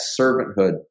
servanthood